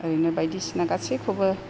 ओरैनो बायदिसिना गासैखौबो